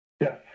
yes